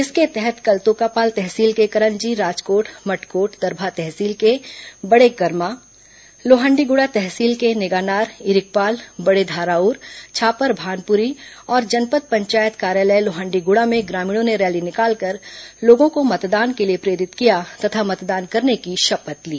इसके तहत कल तोकापाल तहसील के करंजी राजकोट मटकोट दरभा तहसील के बड़े करमा लोहण्डीगुडा तहसील के नेगानार इरिकपाल बड़े धाराउर छापर भानपुरी और जनपद पंचायत कार्यालय लोहण्डीगुड़ा में ग्रामीणों ने रैली निकालकर लोगों को मतदान के लिए प्रेरित किया तथा मतदान करने की शपथ ली